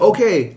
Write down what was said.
Okay